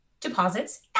deposits